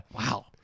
Wow